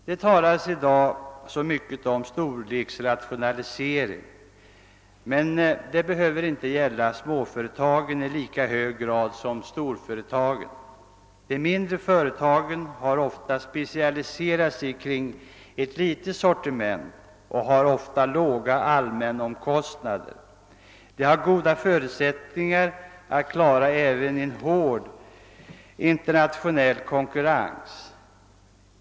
Det talas i dag så mycket om storleksrationalisering, men detta behöver inte gälla småföretagen i lika hög grad som storföretagen. De mindre företagen har inte sällan specialiserat sig kring ett litet sortiment och de har ofta låga allmänomkostnader. De äger därför goda förutsättningar att klara även en hård internationell konkurrens.